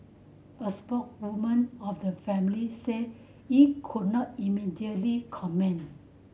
a spokeswoman of the family said it could not immediately comment